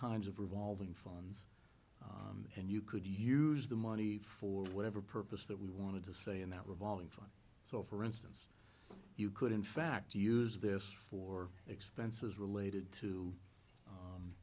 kinds of revolving phones and you could use the money for whatever purpose that we wanted to say in that revolving fund so for instance you could in fact use this for expenses related to